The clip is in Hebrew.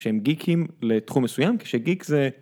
שהם גיקים לתחום מסוים כשגיק זה.